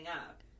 up